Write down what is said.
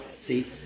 see